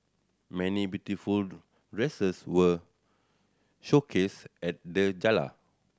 many beautiful dresses were showcased at the gala